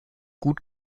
gut